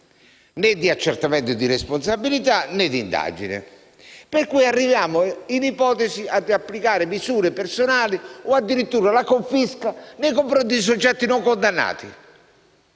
né di accertamento di responsabilità, né di indagine. Per cui arriviamo in ipotesi ad applicare misure personali o addirittura la confisca nei confronti di soggetti non condannati.